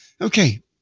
Okay